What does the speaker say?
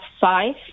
five